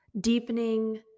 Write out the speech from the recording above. deepening